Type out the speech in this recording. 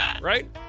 Right